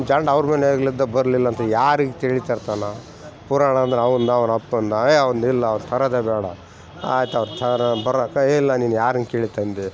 ಜಾಂಡ ಅವ್ರ ಮನೆಯಾಗ್ಲಿಂದ ಬರಲಿಲ್ಲಾಂತ ಯಾರಿಗೆ ತಿಳಿತಂತಾನ್ನ ಪುರಾಣ ಅಂದ್ರೆ ಅವಂದು ಅವನ ಅಪ್ಪಂದ ಎ ಅವ್ನು ಇಲ್ಲ ಅವ್ನು ತರೋದೆ ಬೇಡ ಆಯಿತು ಅವ್ರು ತರೊ ಬರೋಕಾ ಎ ಇಲ್ಲ ನೀನು ಯಾರನ್ನು ಕೇಳಿ ತಂದೇ